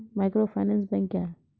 Microfinance bank क्या हैं?